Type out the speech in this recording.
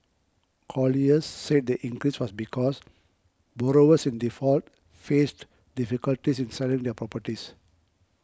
colliers said the increase was because borrowers in default faced difficulties in selling their properties